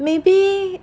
maybe